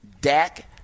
Dak